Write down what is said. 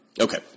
Okay